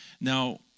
Now